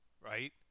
right